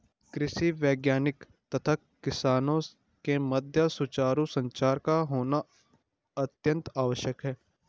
कृषि वैज्ञानिक तथा किसानों के मध्य सुचारू संचार का होना अत्यंत आवश्यक है